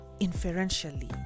inferentially